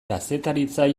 kazetaritza